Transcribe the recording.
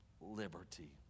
liberty